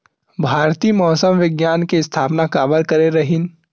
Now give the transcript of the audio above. भारती मौसम विज्ञान के स्थापना काबर करे रहीन है?